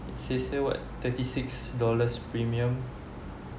say say what thirty six dollars premium